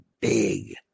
big